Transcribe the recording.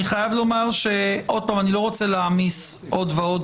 אני חייב לומר שוב, אני לא רוצה להעמיס עוד ועוד